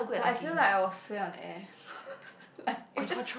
but I feel like I will sway on air like just